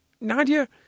Nadia